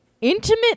intimate